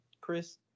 Chris